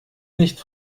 nicht